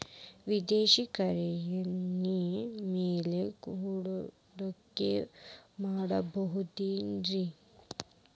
ವಿದೇಶಿ ಕರೆನ್ಸಿ ಮ್ಯಾಲೆ ಹೂಡಿಕೆ ಮಾಡಬಹುದೇನ್ರಿ?